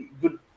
good